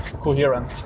coherent